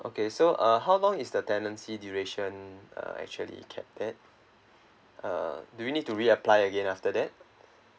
okay so uh how long is the tenancy duration uh actually kept that uh do we need to reapply again after that